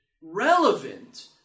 relevant